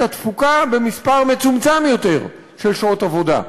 התפוקה במספר מצומצם יותר של שעות עבודה.